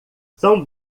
são